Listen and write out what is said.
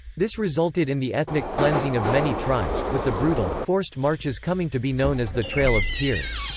this resulted in the ethnic cleansing of many tribes, with the brutal, forced marches coming to be known as the trail of tears.